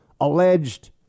alleged